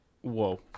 Whoa